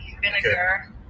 vinegar